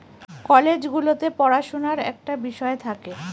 college গুলোতে পড়াশুনার একটা বিষয় থাকে